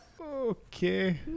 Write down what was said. Okay